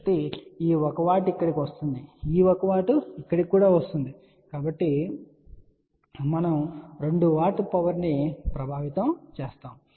కాబట్టి ఈ 1 W ఇక్కడకు వస్తుంది మరియు ఈ 1 W ఇక్కడకు కూడా వస్తుంది కాబట్టి మనం 2 W పవర్ ని ప్రభావితం చేస్తాము